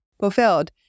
fulfilled